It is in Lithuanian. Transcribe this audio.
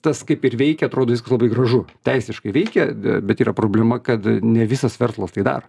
tas kaip ir veikia atrodo viskas labai gražu teisiškai veikia bet yra problema kad ne visas verslas tai daro